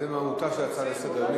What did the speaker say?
זו מהותה של הצעה לסדר-היום.